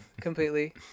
completely